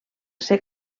ser